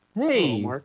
Hey